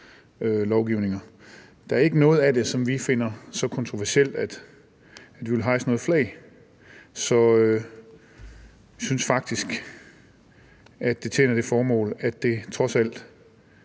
lovgivninger. Der er ikke noget af det, som vi finder så kontroversielt, at vi vil hejse noget flag. Vi synes faktisk, at det tjener det formål, at det trods alt